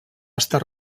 estar